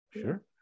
Sure